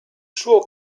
suo